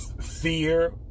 fear